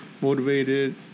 motivated